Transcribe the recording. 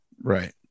Right